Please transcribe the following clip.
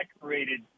decorated